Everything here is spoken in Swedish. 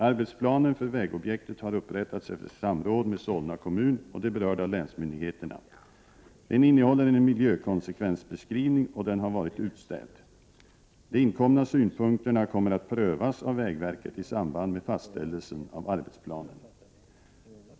Arbetsplanen för vägobjektet har upprättats efter samråd med Solna kommun och de berörda länsmyndigheterna. Den innehåller en miljökonsekvensbeskrivning och den har varit utställd. De inkomna synpunkterna kommer att prövas av vägverket i samband med fastställelsen av arbetsplanen.